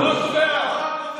בוועדה הזאת.